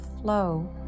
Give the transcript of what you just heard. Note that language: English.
flow